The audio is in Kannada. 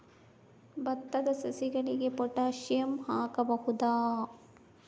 ಭತ್ತದ ಸಸಿಗಳಿಗೆ ಪೊಟ್ಯಾಸಿಯಂ ಹಾಕಬಹುದಾ?